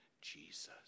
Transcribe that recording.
Jesus